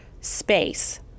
space